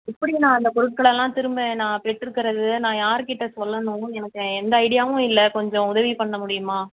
எப்படி நான் அந்த பொருட்களெல்லாம் திரும்ப நான் பெற்றுக்கறது நான் யார் கிட்ட சொல்லணும் எனக்கு எந்த ஐடியாவும் இல்லை கொஞ்சம் உதவி பண்ண முடியுமா